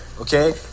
okay